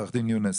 עורכת דין יונס,